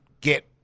get